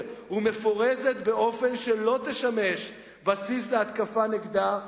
ומפורזת באופן שלא תשמש בסיס להתקפה נגדה.